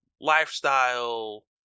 lifestyle